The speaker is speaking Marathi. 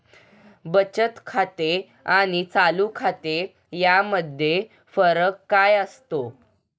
बचत खाते आणि चालू खाते यामध्ये फरक काय असतो?